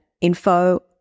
info